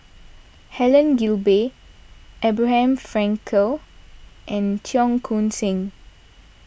Helen Gilbey Abraham Frankel and Cheong Koon Seng